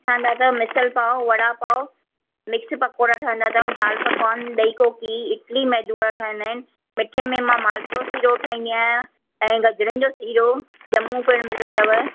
असां दादा मिसल पाव वड़ा पाव मिक्स पकोड़ा ठहंदा अथव दाल पकवान ॾही कोकी इडली मेदू वड़ा ठहंदा आहिनि मिठे में मां माल पुओ शीरो ठाहींदी आहियां ऐं गजरुनि जो सीरो जमूं पिण मिलंदव